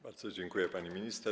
Bardzo dziękuję, pani minister.